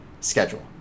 schedule